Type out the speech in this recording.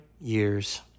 years